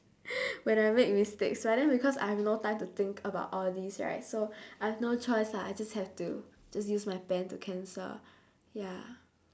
when I make mistakes but then because I have no time to think about all these right so I have no choice lah I just have to just use my pen to cancel ya